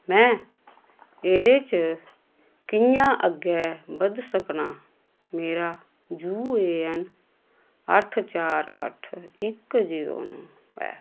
में एह्दे च कि'यां अग्गें बधी सकना मेरा यू ए एन अट्ठ चार अट्ठ इक जीरो नौ ऐ